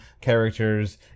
characters